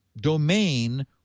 domain